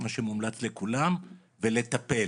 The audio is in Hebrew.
מה שמומלץ לכולם ולטפל.